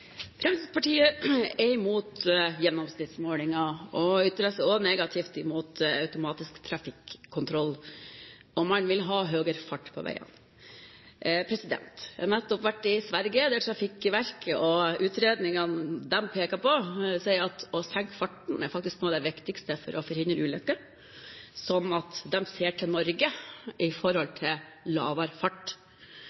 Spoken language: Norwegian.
Fremskrittspartiet er imot gjennomsnittsmålinger og ytrer seg også negativt mot automatisk trafikkontroll, og de vil ha høyere fart på veiene. Jeg har nettopp vært i Sverige, der Trafikverket og de utredningene de peker på, sier at det å senke farten faktisk er noe av det viktigste for å forhindre ulykker, slik at de ser til Norge med tanke på lavere fart. Jeg forutsetter at dårlig atferd i